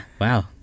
Wow